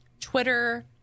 Twitter